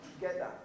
together